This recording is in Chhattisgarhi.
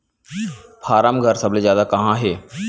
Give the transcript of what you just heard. फारम घर सबले जादा कहां हे